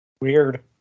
Weird